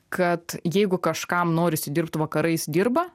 kad jeigu kažkam norisi dirbt vakarais dirba